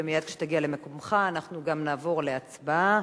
מייד כשתגיע למקומך אנחנו גם נעבור להצבעה